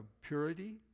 purity